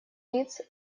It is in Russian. лиц